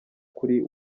kuri